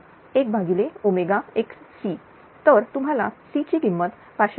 तर तुम्हाला C ची किंमत 517